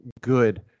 good